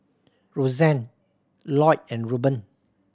Roxane Lloyd and Ruben